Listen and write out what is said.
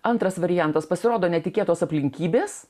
antras variantas pasirodo netikėtos aplinkybės